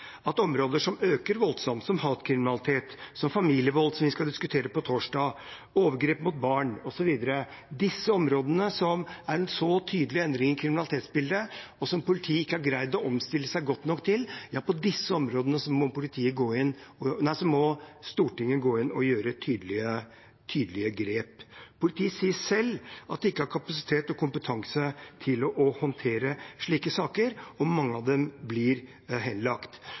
at på områder som øker voldsomt, som hatkriminalitet, familievold, som vi skal diskutere på torsdag, overgrep mot barn osv. – på disse områdene, som er en så tydelig endring i kriminalitetsbildet, og som politiet ikke har greid å omstille seg godt nok til, må Stortinget gå inn og gjøre tydelige grep. Politiet sier selv at de ikke har kapasitet og kompetanse til å håndtere slike saker, og mange av dem blir henlagt.